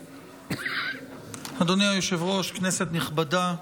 אדוני היושב-ראש, כנסת נכבדה,